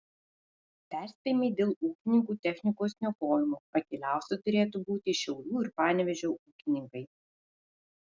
perspėjimai dėl ūkininkų technikos niokojimo akyliausi turėtų būti šiaulių ir panevėžio ūkininkai